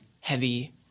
heavy